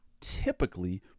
typically